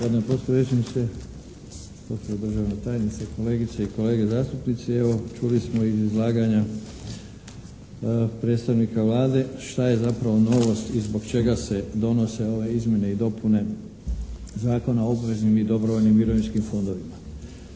potpredsjedniče, gospođo državna tajnice, kolegice i kolege zastupnici. Evo, čuli smo iz izlaganja predstavnika Vlade što je zapravo novost i zbog čega se donose ove izmjene i dopune Zakona o obveznim i dobrovoljnim mirovinskim fondovima.